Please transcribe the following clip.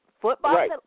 football